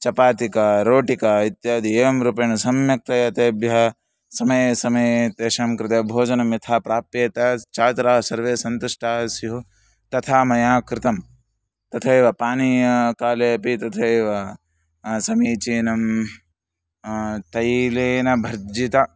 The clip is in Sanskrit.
चपातिका रोटिका इत्यादि एवं रूपेण सम्यक्तया तेभ्यः समये समये तेषां कृते भोजनं यथा प्राप्येत छात्राः सर्वे सन्तुष्टाः स्युः तथा मया कृतं तथैव पानीयकाले अपि तथैव समीचीनं तैलेन भर्जितानि